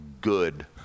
good